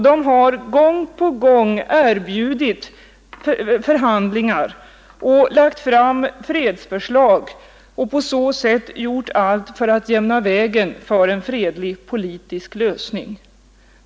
De har gång på gång erbjudit förhandlingar och lagt fram fredsförslag. De har gjort allt för att jämna vägen för en fredlig politisk lösning.